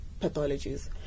pathologies